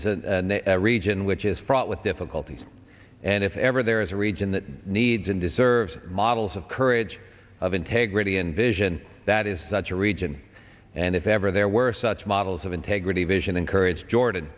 is a region which is fraught with difficulties and if ever there is a region that needs and deserves models of courage of integrity and vision that is such a region and if ever there were such models of integrity vision and courage jordan